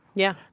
yeah.